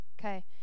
Okay